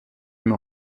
mais